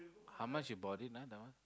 how much you bought it ah that one